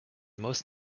most